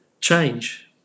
change